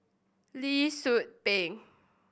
Lee Tzu Pheng